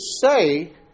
say